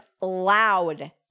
loud